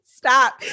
Stop